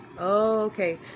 Okay